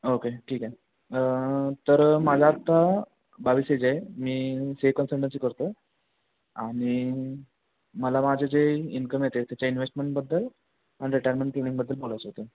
okay ठीक आहे तर माझा आता बावीस एज आहे मी से कन्सेल्टनसी करतो आहे आणि मला माझे जे इन्कम येते त्याच्या इन्व्हेस्टमेंटबद्दल आणि रिटायरमेंट क्लिनिंगबद्दल बोलायचं होते